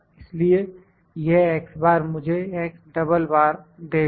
इसलिए यह मुझे देगा